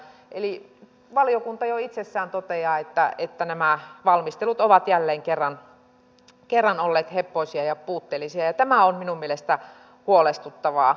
eli valiokunta jo itsessään toteaa että nämä valmistelut ovat jälleen kerran olleet heppoisia ja puutteellisia ja tämä on minun mielestäni huolestuttavaa